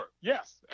Yes